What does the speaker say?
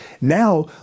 Now